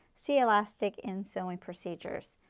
see elastic in sewing procedures.